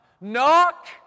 Knock